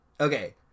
okay